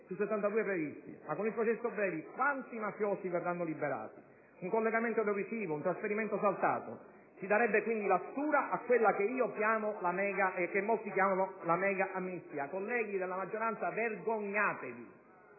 sui 72 previsti. Con il processo breve quanti mafiosi verranno liberati? Un collegamento audiovisivo, un trasferimento saltato: si darebbe quindi la stura a quella che io e molti altri chiamiamo la mega-amnistia. Colleghi della maggioranza, vergognatevi!